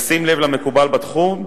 בשים לב למקובל בתחום,